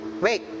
Wait